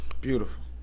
beautiful